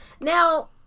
Now